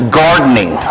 gardening